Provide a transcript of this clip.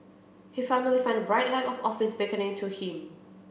he finally found the bright light of office beckoning to him